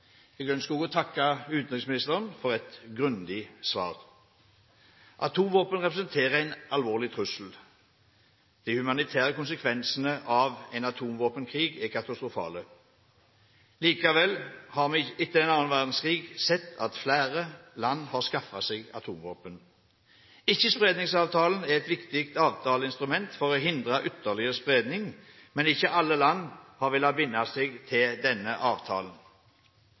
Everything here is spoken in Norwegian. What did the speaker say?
Jeg ønsker også å takke utenriksministeren for et grundig svar. Atomvåpen representerer en alvorlig trussel. De humanitære konsekvensene av en atomvåpenkrig er katastrofale. Likevel har vi etter annen verdenskrig sett at flere land har skaffet seg atomvåpen. Ikke-spredningsavtalen er et viktig avtaleinstrument for å hindre ytterligere spredning, men ikke alle land har villet binde seg til denne avtalen.